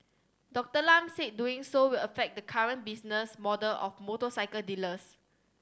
Doctor Lam said doing so will affect the current business model of motorcycle dealers